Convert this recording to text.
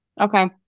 Okay